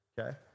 okay